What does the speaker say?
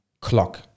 clock